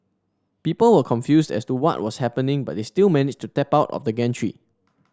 people were confused as to what was happening but they still managed to tap out of the gantry